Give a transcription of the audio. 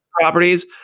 properties